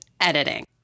editing